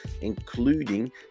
including